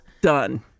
Done